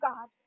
God